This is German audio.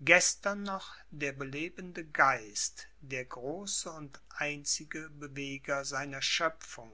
gestern noch der belebende geist der große und einzige beweger seiner schöpfung